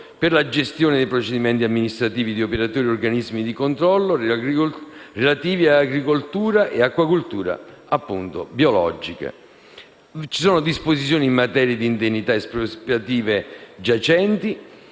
per la gestione dei procedimenti amministrativi di operatori e organismi di controllo relativi ad agricoltura e acquacoltura biologiche. Vi sono disposizioni in materia di indennità espropriative giacenti;